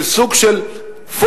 של סוג של פוביה,